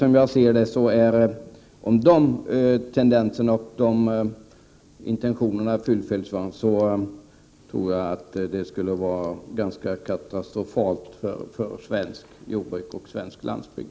Om ESO-rapportens intentioner skulle uppfyllas skulle de få katastrofala följder för svenskt jordbruk och svensk landsbygd.